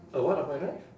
a what of my life